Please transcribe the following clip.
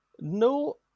No